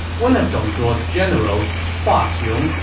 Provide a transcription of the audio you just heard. one of dong zhuo's generals, hua xiong,